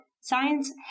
Science